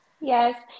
Yes